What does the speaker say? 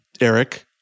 Eric